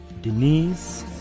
Denise